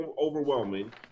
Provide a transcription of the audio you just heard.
overwhelming